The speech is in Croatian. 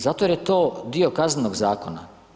Zato jer je to dio Kaznenog zakona.